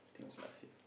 I think it was last year